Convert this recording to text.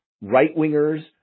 right-wingers